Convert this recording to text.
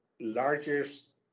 largest